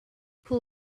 pull